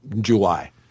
July